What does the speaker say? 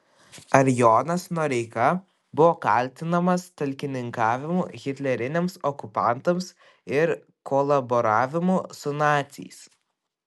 ar jonas noreika buvo kaltinamas talkininkavimu hitleriniams okupantams ir kolaboravimu su naciais